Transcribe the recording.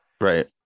right